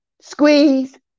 squeeze